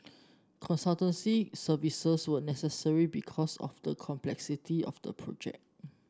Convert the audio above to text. consultancy services were necessary because of the complexity of the project